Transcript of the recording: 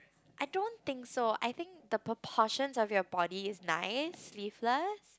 I don't think so I think the proportions of your body is nice sleeveless